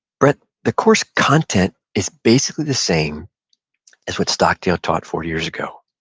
brett, the course content is basically the same as what stockdale taught forty years ago.